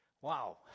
Wow